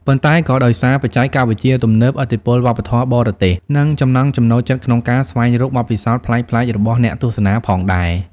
ប៉ុន្តែក៏ដោយសារបច្ចេកវិទ្យាទំនើប ឥទ្ធិពលវប្បធម៌បរទេស និងចំណង់ចំណូលចិត្តក្នុងការស្វែងរកបទពិសោធន៍ប្លែកៗរបស់អ្នកទស្សនាផងដែរ។